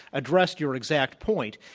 addressed your exact point.